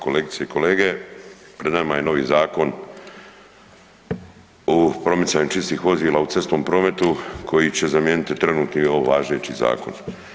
Kolegice i kolege, pred nama je novi Zakon o promicanju čistih vozila u cestovnom prometu koji će zamijeniti trenutni, važeći zakon.